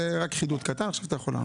זה רק חידוד קטן; עכשיו אתה יכול לענות.